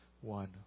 one